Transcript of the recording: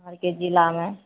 अहाँ आरके जिलामे